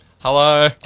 Hello